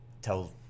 Tell